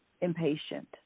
impatient